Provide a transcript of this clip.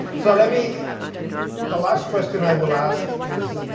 so, i mean the last question i will ask is